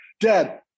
dad